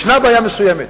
יש בעיה מסוימת: